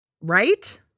Right